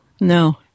no